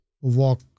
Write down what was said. walk